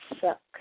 suck